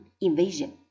invasion